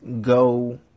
go